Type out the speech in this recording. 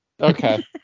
Okay